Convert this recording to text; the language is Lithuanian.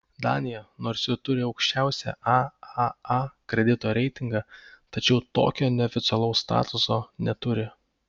danija nors ir turi aukščiausią aaa kredito reitingą tačiau tokio neoficialaus statuso neturi